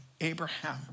Abraham